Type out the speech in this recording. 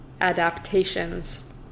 adaptations